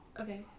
Okay